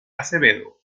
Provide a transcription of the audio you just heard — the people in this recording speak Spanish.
acevedo